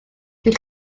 dyw